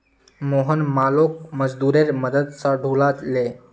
मोहन मालोक मजदूरेर मदद स ढूला ले